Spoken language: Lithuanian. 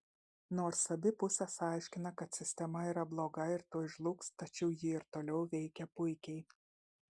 nors abi pusės aiškina kad sistema yra bloga ir tuoj žlugs tačiau ji ir toliau veikia puikiai